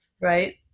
right